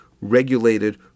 regulated